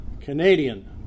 Canadian